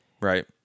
Right